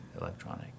electronic